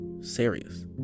serious